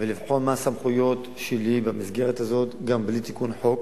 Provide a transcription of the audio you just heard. ולבחון מה הסמכויות שלי במסגרת הזאת גם בלי תיקון חוק.